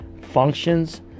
functions